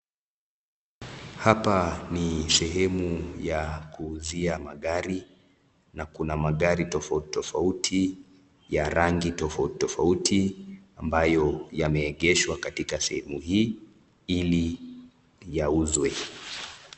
Hapa ni sehemu ya kuuzia magari na kuna magari tofauti tofauti ya rangi tofauti tofauti ambayo yameegeshwa katika sehemu hii ili yauzwe.